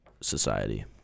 society